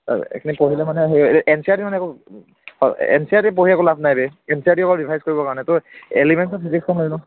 এইখিনি পঢ়িলে মানে N C E R T N C E R T পঢ়ি একো লাভ নাই বে N C E R T অকল ৰিভাইচ কৰিব কাৰণে ত' এলিমেণ্টচ অফ ফিজিক্সখন লৈ লওঁ